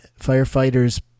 firefighters